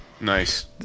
nice